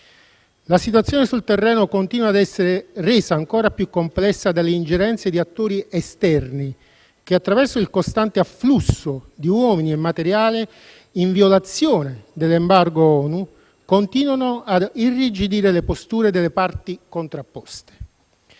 La situazione sul terreno continua ad essere resa ancora più complessa dall'ingerenza di attori esterni, che attraverso il costante afflusso di uomini e materiale, in violazione dell'embargo ONU, continuano ad irrigidire le posizioni delle parti contrapposte.